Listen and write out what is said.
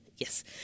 Yes